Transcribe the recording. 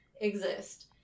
exist